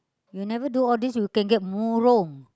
you never do all these you can get murung